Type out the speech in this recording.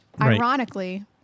ironically